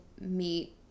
meet